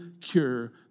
cure